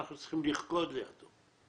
אנחנו צריכים לרקוד לידו.